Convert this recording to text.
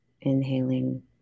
Inhaling